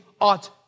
ought